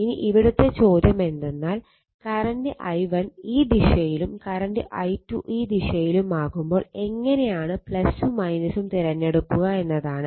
ഇനി ഇവിടുത്തെ ചോദ്യം എന്തെന്നാൽ കറണ്ട് i1 ഈ ദിശയിലും കറണ്ട് i2 ഈ ദിശയിലും ആകുമ്പോൾ എങ്ങനെയാണ് പ്ലസും മൈനസും തിരഞ്ഞെടുക്കുക എന്നതാണ്